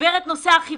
לתגבר את נושא האכיפה.